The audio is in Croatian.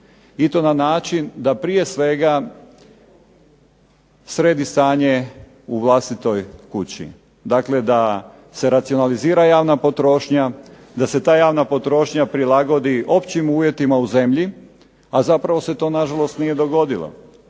i to na način da prije svega sredi stanje u vlastitoj kući. Dakle da se racionalizira javna potrošnja, da se ta javna potrošnja prilagodi općim uvjetima u zemlji, a zapravo se to na žalost nije dogodilo.